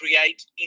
create